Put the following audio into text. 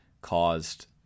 caused